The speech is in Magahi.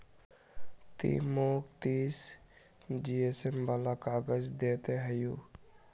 ती मौक तीस जीएसएम वाला काग़ज़ दे ते हैय्